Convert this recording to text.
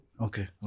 Okay